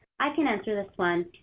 i can answer this one.